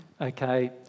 Okay